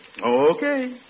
Okay